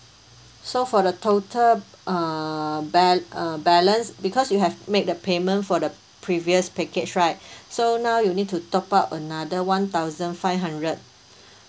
so for the total uh bal~ uh balance because you have made the payment for the previous package right so now you need to top up another one thousand five hundred